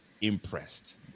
impressed